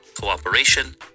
cooperation